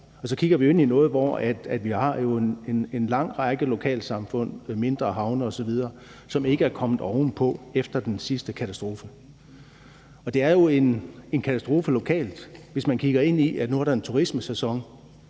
så kigger vi ind i, at vi har en lang række lokalsamfund med mindre havne osv., som ikke er kommet ovenpå efter den sidste katastrofe. Og det er jo en katastrofe lokalt, hvis man kigger ind i sådan noget, når der en turistsæson,